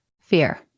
Fear